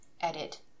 edit